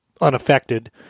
unaffected